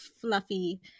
fluffy